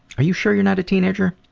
are you sure you're not a teenager?